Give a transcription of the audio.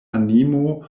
animo